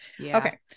Okay